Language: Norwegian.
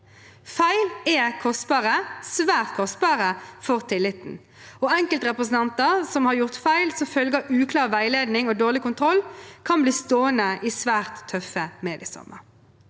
Feil er kostbare, svært kostbare, for tilliten, og enkeltrepresentanter som har gjort feil som følge av uklar veiledning og dårlig kontroll, kan bli stående i svært tøffe mediestormer.